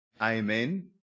Amen